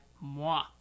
moi